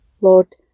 Lord